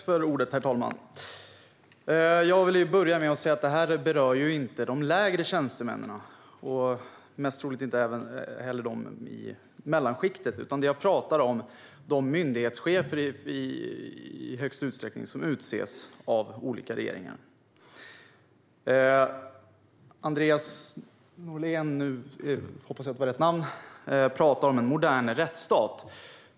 Herr talman! Jag vill börja med att säga att diskussionen inte berör de lägre tjänstemännen och mestadels inte heller dem i mellanskiktet, utan jag pratar om de myndighetschefer som i hög utsträckning utses av olika regeringar. Andreas Norlén pratar om en modern rättsstat.